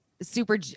Super